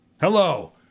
Hello